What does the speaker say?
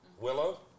Willow